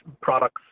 products